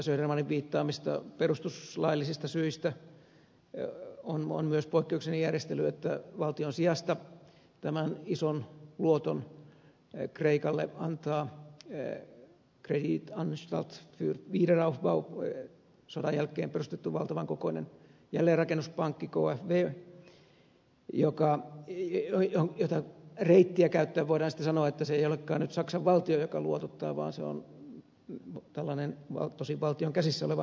södermanin viittaamista perustuslaillisista syistä on myös poikkeuksellinen järjestely että valtion sijasta tämän ison luoton kreikalle antaa kreditanstalt fur wiederaufbau sodan jälkeen perustettu valtavan kokoinen jälleenrakennuspankki kfw jota reittiä käyttäen voidaan sanoa että se ei olekaan nyt saksan valtio joka luotottaa vaan se on tällainen tosin valtion käsissä oleva luottolaitos